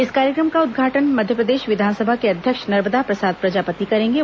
इस कार्यक्रम का उद्घाटन मध्यप्रदेश विधानसभा के अध्यक्ष नर्मदा प्रसाद प्रजापति करेंगे